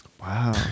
Wow